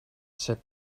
said